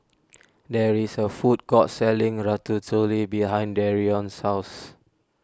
there is a food court selling Ratatouille behind Darrion's house